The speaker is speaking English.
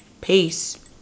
Peace